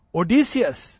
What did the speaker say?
odysseus